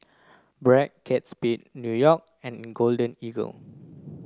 Bragg Kate Spade New York and Golden Eagle